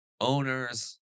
owners